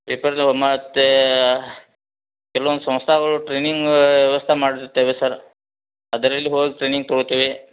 ಪೇಪರಲ್ಲಿ ಅವ ಮತ್ತು ಕೆಲವೊಂದು ಸಂಸ್ಥೆಗಳು ಟ್ರೈನಿಂಗಾ ವ್ಯವಸ್ಥೆ ಮಾಡಿರ್ತವೆ ಸರ್ ಅದರಲ್ಲಿ ಹೋಗಿ ಟ್ರೈನಿಂಗ್ ತೊಗೊತೇವೆ